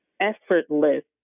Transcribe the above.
effortless